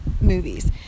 movies